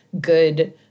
good